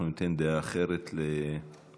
אנחנו ניתן דעה אחרת לתמנו-שטה.